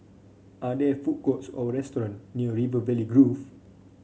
are there food courts or restaurant near River Valley Grove